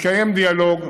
מתקיים דיאלוג,